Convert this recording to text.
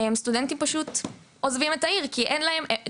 סטודנטים פשוט עוזבים את העיר לאחר שהם מסיימים את הלימודים